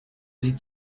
sie